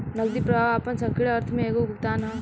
नगदी प्रवाह आपना संकीर्ण अर्थ में एगो भुगतान ह